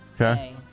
Okay